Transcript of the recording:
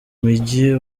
mijyi